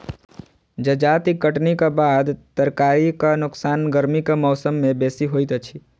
जजाति कटनीक बाद तरकारीक नोकसान गर्मीक मौसम मे बेसी होइत अछि